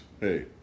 Hey